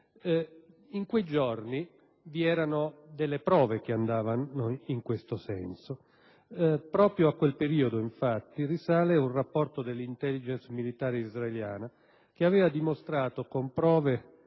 In quei giorni vi erano delle prove che andavano in tal senso. Proprio a quel periodo, infatti, risale un rapporto dell'*intelligence* militare israeliana, che aveva dimostrato, con prove